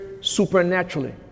supernaturally